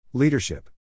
Leadership